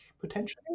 potentially